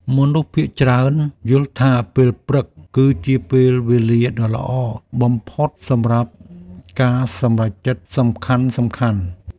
មនុស្សភាគច្រើនយល់ថា ពេលព្រឹកគឺជាពេលវេលាដ៏ល្អបំផុតសម្រាប់ការសម្រេចចិត្តសំខាន់ៗ។